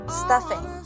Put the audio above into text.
stuffing 。